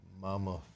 mama